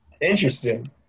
interesting